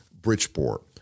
Bridgeport